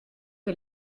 que